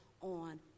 on